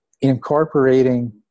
incorporating